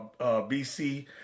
BC